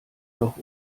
noch